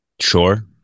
Sure